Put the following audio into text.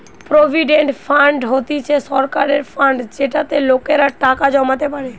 provident fund হতিছে সরকারের fund যেটাতে লোকেরা টাকা জমাতে পারে